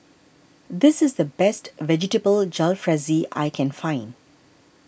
this is the best Vegetable Jalfrezi I can find